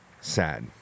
sad